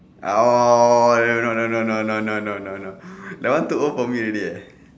oh no no no no no that one too old for me leh